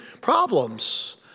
problems